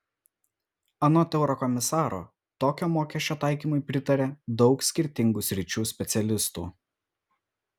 anot eurokomisaro tokio mokesčio taikymui pritaria daug skirtingų sričių specialistų